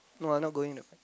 no I'm not going